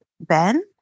Ben